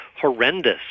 horrendous